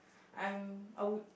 I'm I would